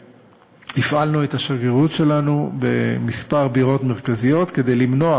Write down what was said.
והפעלנו את השגרירות שלנו בכמה זירות מרכזיות כדי למנוע